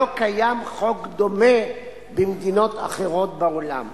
לא קיים חוק דומה במדינות אחרות בעולם.